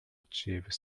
achieve